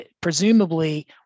presumably